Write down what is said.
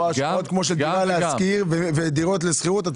השקעות כמו של דירה להשכיר ודירות לשכירות.